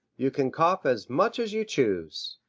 you can cough as much as you choose.